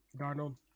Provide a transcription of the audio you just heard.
Darnold